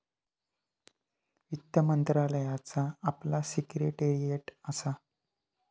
वित्त मंत्रालयाचा आपला सिक्रेटेरीयेट असा